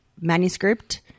manuscript